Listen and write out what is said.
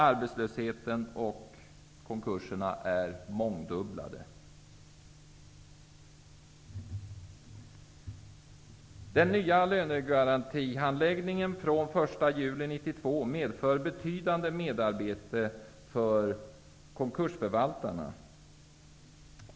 Arbetslösheten och konkurserna är mångdubblade. Den nya lönegarantihandläggningen, som gäller sedan den 1 juli 1992, medför betydande merarbete för konkursförvaltarna.